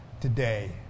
today